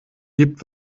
gibt